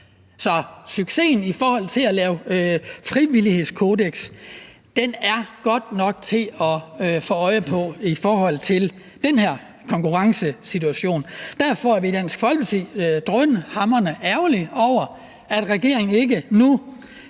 Så succesen i forhold til at lave frivillighedskodeks er da godt nok til at overse i forhold til den her konkurrencesituation. Derfor er vi i Dansk Folkeparti drønhamrende ærgerlige over, at regeringen ikke nu